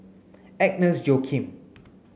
Agnes Joaquim